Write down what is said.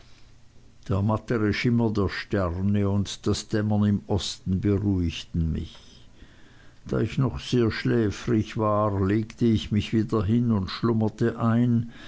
der mattere schimmer der sterne und das dämmern im osten beruhigten mich da ich noch sehr schläfrig war legte ich mich wieder hin und schlummerte ein